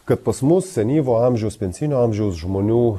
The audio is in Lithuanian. kad pas mus senyvo amžiaus pensijinio amžiaus žmonių